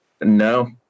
No